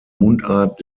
mundart